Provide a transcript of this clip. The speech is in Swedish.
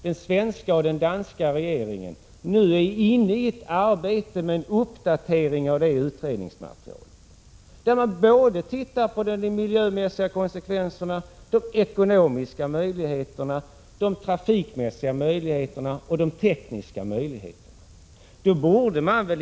De svenska och danska regeringarna är nu inne i ett arbete med uppdatering av utredningsmaterialet, där man tittar på de miljömässiga konsekvenserna, de ekonomiska möjligheterna, de trafikmässiga möjligheterna och de tekniska möjligheterna.